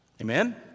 Amen